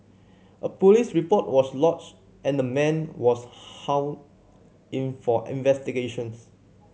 a police report was lodged and the man was hauled in for investigations